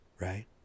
Right